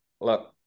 look